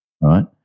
right